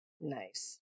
Nice